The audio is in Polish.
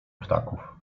ptaków